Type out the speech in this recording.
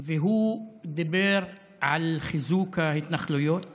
והוא דיבר על חיזוק ההתנחלויות